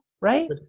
right